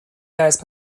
درس